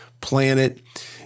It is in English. planet